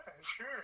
sure